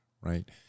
Right